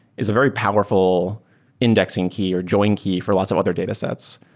is a very powerful indexing key or join key for lots of other datasets.